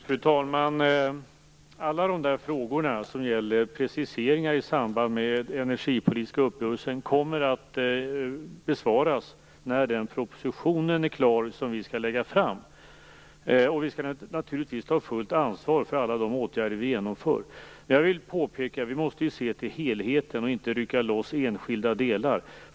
Fru talman! Alla de där frågorna gäller preciseringar i samband med den energipolitiska uppgörelsen och kommer att besvaras när den proposition som vi skall lägga fram är klar. Vi skall naturligtvis ta fullt ansvar för alla de åtgärder vi genomför. Jag vill påpeka att vi måste se till helheten och inte rycka loss enskilda delar.